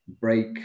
break